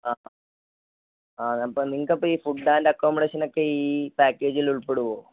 ആ അപ്പോൾ നിങ്ങൾക്ക് ഈ ഫുഡ് ആൻഡ് അക്കോമഡേഷൻ ഒക്കെ ഈ പാക്കേജിൽ ഉൾപ്പെടുമോ